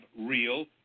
real